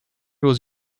was